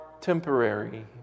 temporary